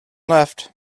left